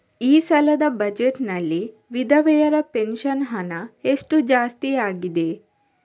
ಈ ಸಲದ ಬಜೆಟ್ ನಲ್ಲಿ ವಿಧವೆರ ಪೆನ್ಷನ್ ಹಣ ಎಷ್ಟು ಜಾಸ್ತಿ ಆಗಿದೆ?